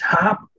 top